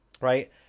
right